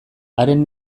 haren